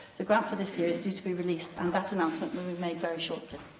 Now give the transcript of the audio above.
the grant for this year is due to be released, and that announcement will be made very shortly.